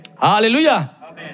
Hallelujah